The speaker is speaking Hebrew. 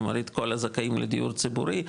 ומוריד את כל הזכאים לדיור ציבורי,